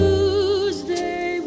Tuesday